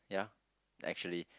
yeah actually